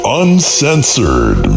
uncensored